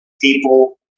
People